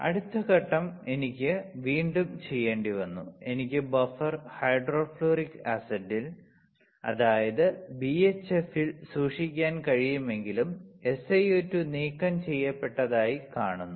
അടുത്ത ഘട്ടം എനിക്ക് വീണ്ടും ചെയ്യേണ്ടിവന്നു എനിക്ക് ബഫർ ഹൈഡ്രോഫ്ലൂറിക് ആസിഡിൽ അതായത് ബിഎച്ച്എഫിൽ സൂക്ഷിക്കാൻ കഴിയുമെങ്കിലും SiO2 നീക്കം ചെയ്യപ്പെട്ടതായി കാണുന്നു